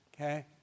Okay